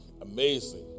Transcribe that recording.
amazing